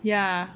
ya